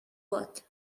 what